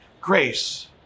Grace